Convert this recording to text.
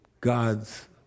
God's